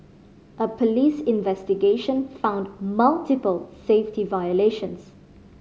a police investigation found multiple safety violations